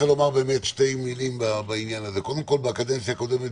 קודם כול, בקדנציה הקודמת